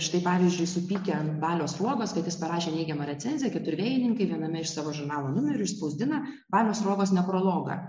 štai pavyzdžiui supykę ant balio sruogos kad jis parašė neigiamą recenziją keturvėjininkai viename iš savo žurnalo numerių išspausdina balio sruogos nekrologą